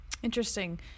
Interesting